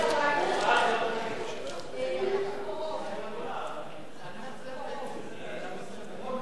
לסעיף 5 לא נתקבלה.